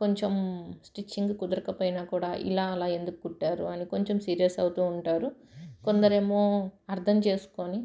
కొంచెం స్టిచ్చింగ్ కుదరికపోయినా కూడా ఇలా అలా ఎందుకు కుట్టారు అని కొంచెం సీరియస్ అవుతు ఉంటారు కొందరు ఏమో అర్థం చేసుకొని